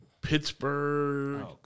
Pittsburgh